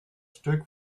stück